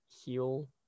heal